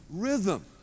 rhythm